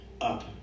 up